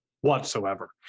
whatsoever